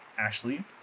Ashley